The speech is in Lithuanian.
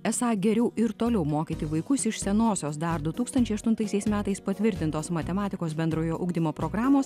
esą geriau ir toliau mokyti vaikus iš senosios dar du tūkstančiai aštuntaisiais metais patvirtintos matematikos bendrojo ugdymo programos